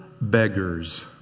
beggars